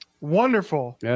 Wonderful